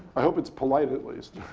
i hope it's polite at least.